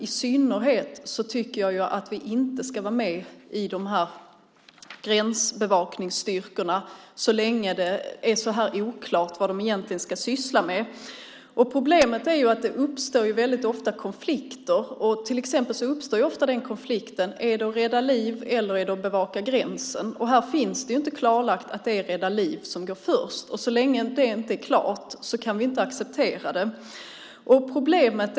I synnerhet tycker jag att vi inte ska vara med i de här gränsbevakningsstyrkorna så länge det är så här oklart vad de egentligen ska syssla med. Problemet är att det väldigt ofta uppstår konflikter. Till exempel uppstår ofta konflikten om man ska rädda liv eller bevaka gränsen. Här finns det inte klarlagt att det är att rädda liv som går först. Så länge detta inte är klart kan vi inte acceptera det.